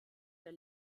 der